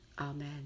Amen